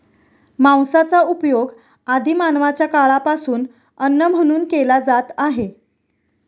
मांसाचा उपयोग आदि मानवाच्या काळापासून अन्न म्हणून केला जात आहे